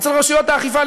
אצל רשויות האכיפה,